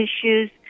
issues